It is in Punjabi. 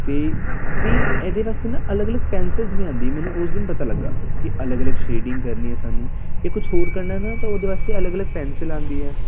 ਤੇ ਅਤੇ ਇਹਦੇ ਵਾਸਤੇ ਨਾ ਅਲੱਗ ਅਲੱਗ ਪੈਂਸਿਲਸ ਵੀ ਆਉਂਦੀ ਮੈਨੂੰ ਉਸ ਦਿਨ ਪਤਾ ਲੱਗਿਆ ਕਿ ਅਲੱਗ ਅਲੱਗ ਸੇਡਿੰਗ ਕਰਨੀ ਹੈ ਸਾਨੂੰ ਜੇ ਕੁਛ ਹੋਰ ਕਰਨਾ ਨਾ ਤਾਂ ਉਹਦੇ ਵਾਸਤੇ ਅਲੱਗ ਅਲੱਗ ਪੈਂਸਿਲ ਆਉਂਦੀ ਹੈ